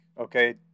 Okay